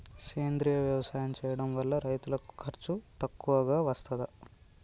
సేంద్రీయ వ్యవసాయం చేయడం వల్ల రైతులకు ఖర్చు తక్కువగా వస్తదా?